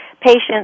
patients